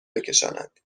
بکشاند